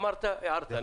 אמרת, הערת.